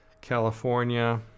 california